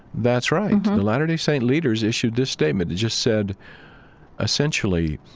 that's right. the latter-day saint leaders issued this statement. it just said essentially,